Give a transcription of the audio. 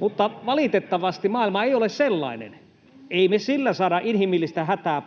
mutta valitettavasti maailma ei ole sellainen. Emme me sillä saa inhimillistä hätää